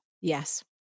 Yes